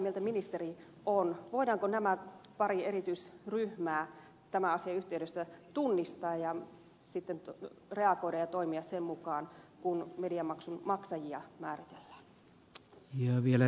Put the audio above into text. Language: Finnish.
mitä mieltä ministeri on voidaanko nämä pari erityisryhmää tämän asian yhteydessä tunnistaa ja sitten reagoida ja toimia sen mukaan kun mediamaksun maksajia määritellään